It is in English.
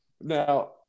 Now